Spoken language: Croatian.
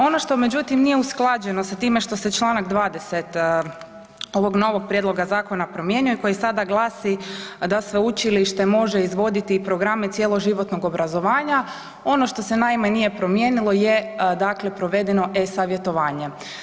Ono što međutim nije usklađeno sa time što se čl. 20. ovog novog prijedloga zakona promijenio, koji sada glasi da sveučilište može izvoditi i programe cjeloživotnog obrazovanja, ono što se naime nije promijenilo je dakle provedeno e-savjetovanje.